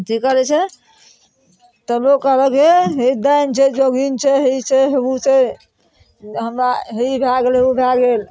की करय छै तऽ लोक कहलक हे ई डाइन छै जोगीन छै ही छै हे उ छै हमरा ई भए गेलय उ भए गेल